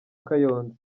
kayonza